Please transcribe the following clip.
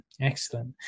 excellent